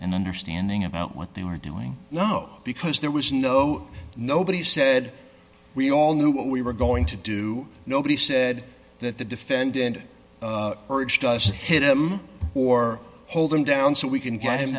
an understanding about what they were doing no because there was no nobody said we all knew what we were going to do nobody said that the defendant urged us to hit him or hold him down so we can get him